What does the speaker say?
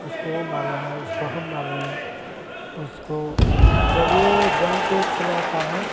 उसको वो मर रहा है उसको हम मर रहे हैं उसको जब यह जान पर चल आता है